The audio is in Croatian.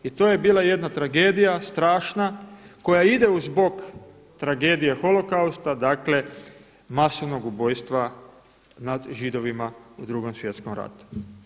I to je bila jedna tragedija, strašna koja ide uz bok tragedije holokausta, dakle masovnog ubojstva nad Židovima u Drugom svjetskom ratu.